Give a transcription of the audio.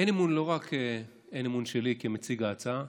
אין אמון, לא רק אין אמון שלי כמציג ההצעה,